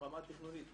הרמה התכנונית.